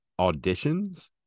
auditions